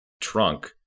trunk